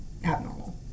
abnormal